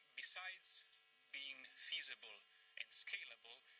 besides being feasible and scalable,